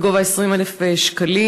בגובה 20,000 שקלים,